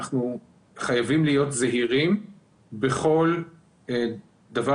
אנחנו חייבים להיות זהירים בכל דבר